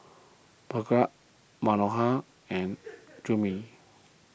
Bhagat Manohar and Gurmeet